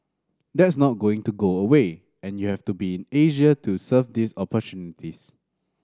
that's not going to go away and you have to be in Asia to serve these